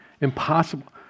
impossible